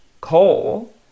coal